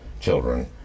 children